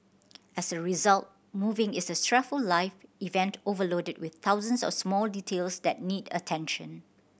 as a result moving is a stressful life event overloaded with thousands of small details that need attention